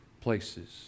places